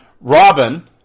Robin